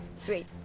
Sweet